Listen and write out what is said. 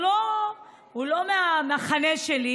הוא לא מהמחנה שלי,